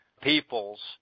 peoples